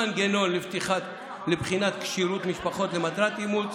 ומנגנון לבחינת כשירות משפחות למטרות אימוץ,